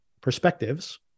perspectives